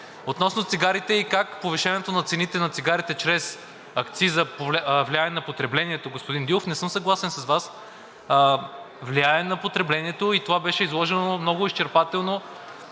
Относно цигарите и как повишаването на цените на цигарите чрез акциза влияе на потреблението, господин Дилов, не съм съгласен с Вас. Влияе на потреблението и това беше изложено много изчерпателно